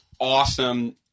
awesome